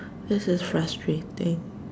this is frustrating